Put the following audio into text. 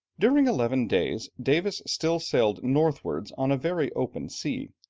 during eleven days, davis still sailed northwards on a very open sea,